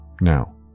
Now